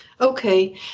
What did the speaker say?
Okay